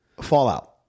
Fallout